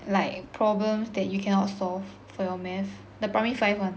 like problems that you cannot solve for your math the primary five one